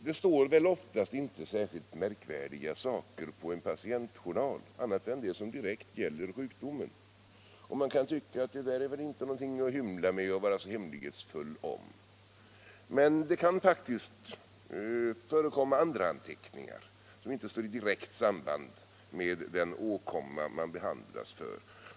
Det står väl oftast inte särskilt märkvärdiga saker i en patientjournal, annat än det som direkt gäller sjukdomen, och man kan tycka att det väl inte är mycket att hymla med och vara så hemlighetsfull om. Men det kan faktiskt förekomma andra anteckningar, som inte står i direkt samband med den åkomma man behandlas för.